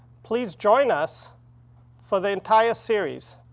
please join us for the entire series,